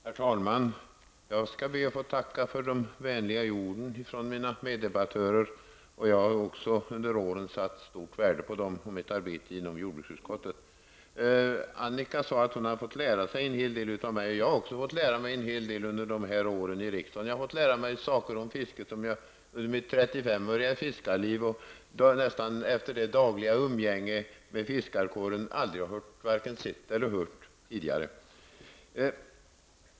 Herr talman! Jag skall be att få tacka de vänliga orden från mina meddebattörer. Jag har också under åren satt stort värde på mina medarbetare inom jordbruksutskottet. Annika Åhnberg sade att hon hade fått lära sig en hel del av mig. Jag har också fått lära mig en hel del under mina år i riksdagen. Jag har fått lära mig saker om fisket som jag under mina 35 år i fiskarliv och efter nästan dagligt umgänge med fiskarkåren aldrig vare sig sett eller hört tidigare.